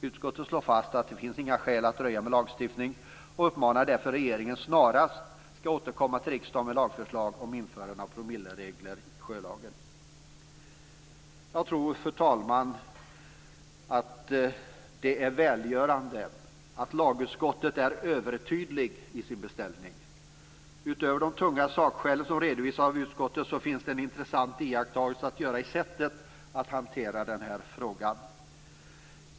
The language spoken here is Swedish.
Utskottet slår fast att det inte finns några skäl att dröja med lagstiftning och uppmanar därför regeringen att snarast återkomma till riksdagen med lagförslag om införande av promilleregler i sjölagen. Jag tror, fru talman, att det är välgörande att lagutskottet är övertydligt i sin beställning. Utöver de tunga sakskäl som redovisas av utskottet finns det en intressant iakttagelse att göra när det gäller sättet att hantera den här frågan.